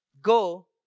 Go